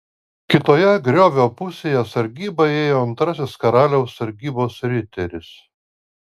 kitoje griovio pusėje sargybą ėjo antrasis karaliaus sargybos riteris